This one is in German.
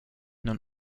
nun